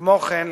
כמו כן,